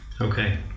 Okay